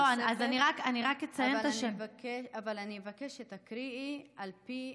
אבל אני אבקש שתקריאי על פי,